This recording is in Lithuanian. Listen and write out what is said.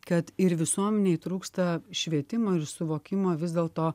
kad ir visuomenei trūksta švietimo ir suvokimo vis dėl to